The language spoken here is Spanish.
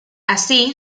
así